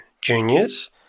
juniors